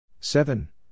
Seven